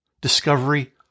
discovery